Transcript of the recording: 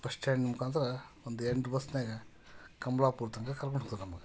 bus stand ಮುಖಾಂತರ ಒಂದು ಎಂಟು ಬಸ್ನ್ಯಾಗೆ ಕಂಬ್ಳಾಪುರ ತನ್ಕ ಕರ್ಕೊಂಡು ಹೋದರು ನಮ್ಗೆ